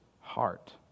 heart